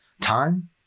time